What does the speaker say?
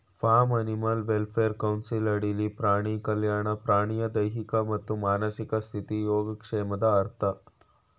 form animal welfare council ಅಡಿಲಿ ಪ್ರಾಣಿ ಕಲ್ಯಾಣ ಪ್ರಾಣಿಯ ದೈಹಿಕ ಮತ್ತು ಮಾನಸಿಕ ಸ್ಥಿತಿ ಯೋಗಕ್ಷೇಮದ ಅರ್ಥ